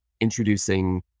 introducing